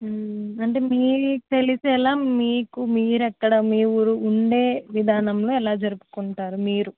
అంటే మీ తెలిసేలా మీకు మీరు ఎక్కడ మీరు ఉండే విధానంలో ఎలా జరుపుకుంటారు మీరు